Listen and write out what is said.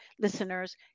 listeners